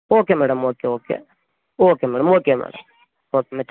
okay madam okay okay okay madam okay madam oak